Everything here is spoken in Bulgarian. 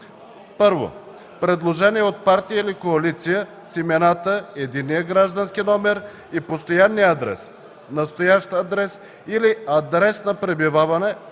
на: 1. предложение от партията или коалицията с имената, единния граждански номер и постоянния адрес – настоящ адрес или адрес на пребиваване,